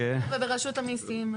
וברשות המסים?